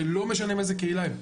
ולא משנה מאיזו קהילה הם,